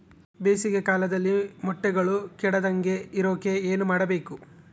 ಬೇಸಿಗೆ ಕಾಲದಲ್ಲಿ ಮೊಟ್ಟೆಗಳು ಕೆಡದಂಗೆ ಇರೋಕೆ ಏನು ಮಾಡಬೇಕು?